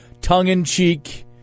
tongue-in-cheek